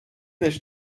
než